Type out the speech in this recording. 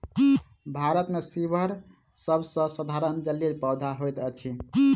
भारत मे सीवर सभ सॅ साधारण जलीय पौधा होइत अछि